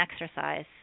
exercise